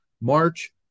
march